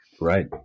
Right